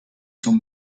zum